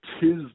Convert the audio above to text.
Tis